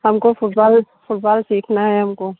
हमको football football सीखना है हमको